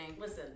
listen